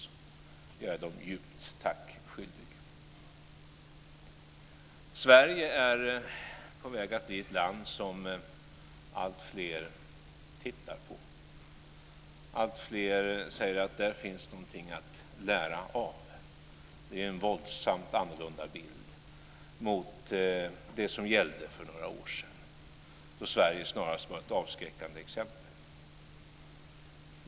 Jag är dem djupt tack skyldig. Sverige är på väg att bli ett land som alltfler tittar på. Alltfler säger att här finns någonting att lära av. Det är en våldsamt annorlunda bild jämfört med den som gällde för några år sedan, då Sverige snarast var ett avskräckande exempel.